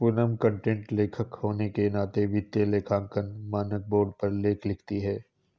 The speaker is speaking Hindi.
पूनम कंटेंट लेखक होने के नाते वित्तीय लेखांकन मानक बोर्ड पर लेख लिखती है